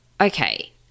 Okay